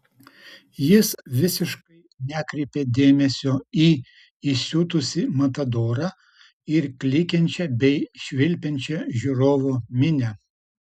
jis visiškai nekreipė dėmesio į įsiutusį matadorą ir klykiančią bei švilpiančią žiūrovų minią